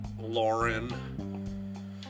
Lauren